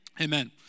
amen